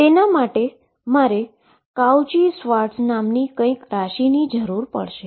તેના માટે મારે કાઉચી શ્વાર્ટઝ નામની કંઈકની જરૂર પડશે